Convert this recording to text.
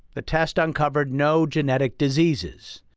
the test uncovered no genetic diseases.